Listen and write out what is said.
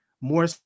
more